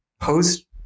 post